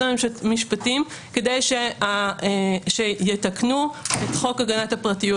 המשפטים כדי שיתקנו את חוק הגנת הפרטיות?